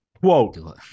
Whoa